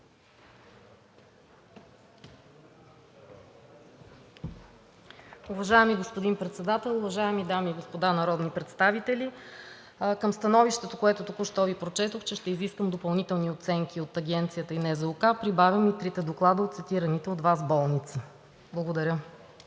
Уважаеми господин Председател, уважаеми дами и господа народни представители! Към становището, което току-що Ви прочетох, че ще изискам допълнителни оценки от Агенцията и НЗОК, прибавям и трите доклада от цитираните от Вас болници. Благодаря.